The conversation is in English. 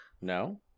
No